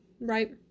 right